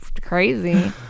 crazy